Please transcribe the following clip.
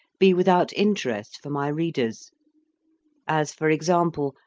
be without interest for my readers as for example,